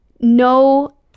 no